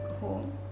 home